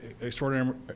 extraordinary